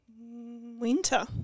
Winter